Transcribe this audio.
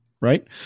right